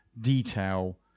detail